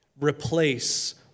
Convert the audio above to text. replace